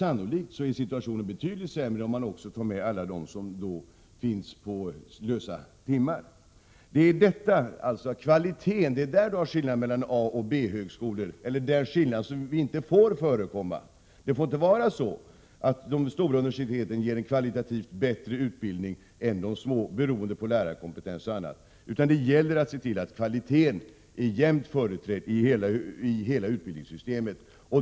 Sannolikt är situationen betydligt sämre om man också räknar med dem som tjänstgör på timbasis. Det är kvaliteten som leder till en indelning i A och B-högskolor — en skillnad som inte får förekomma. Det får inte vara så att de stora universiteten ger en kvalitativt bättre utbildning än de små beroende på lärarkompetens och annat. Det gäller att se till att kvaliteten är jämnt spridd i hela utbildningssystemet.